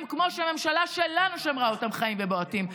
כמו שהממשלה שלנו שמרה אותם חיים ובועטים,